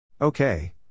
Okay